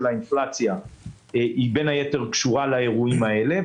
האינפלציה בין היתר קשורה לאירועים האלה.